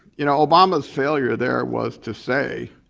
you know obama's failure there was to say